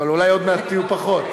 אבל אולי עוד מעט תהיו פחות.